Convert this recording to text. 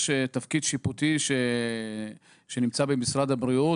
יש תפקיד שיפוטי שנמצא במשרד הבריאות,